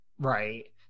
Right